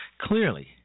Clearly